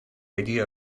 idea